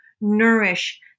nourish